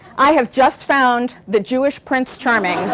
i have just found the jewish prince charming